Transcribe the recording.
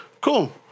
cool